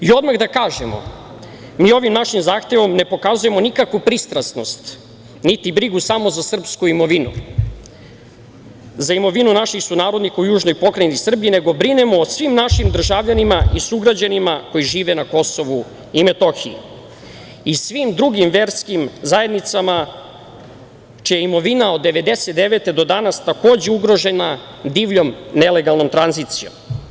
I odmah da kažemo, mi ovim našim zahtevom ne pokazujemo nikakvu pristrasnost, niti brigu samo za srpsku imovinu, za imovinu naših sunarodnika u južnoj pokrajini Srbije, nego brinemo o svim našim državljanima i sugrađanima koji žive na Kosovu i Metohiji i svim drugim verskim zajednicama čija je imovina od 1999. godine do danas takođe ugrožena divljom nelegalnom tranzicijom.